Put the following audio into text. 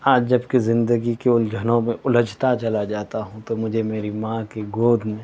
آج جبکہ زندگی کے الجھنوں میں الجھتا چلا جاتا ہوں تو مجھے میری ماں کی گود میں